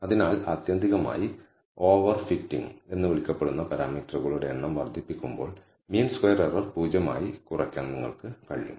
അതിനാൽ ആത്യന്തികമായി over fitting എന്ന് വിളിക്കപ്പെടുന്ന പാരാമീറ്ററുകളുടെ എണ്ണം വർദ്ധിപ്പിക്കുമ്പോൾ മീൻ സ്ക്വയർ എറർ 0 ആയി കുറയ്ക്കാൻ നിങ്ങൾക്ക് കഴിയും